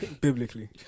biblically